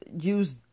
use